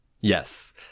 yes